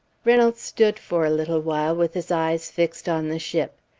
reynolds stood for a little while with his eyes fixed on the ship.